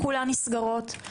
כולן נסגרות,